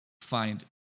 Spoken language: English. find